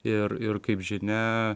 ir ir kaip žinia